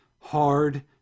Hard